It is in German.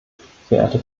verehrte